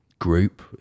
group